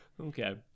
okay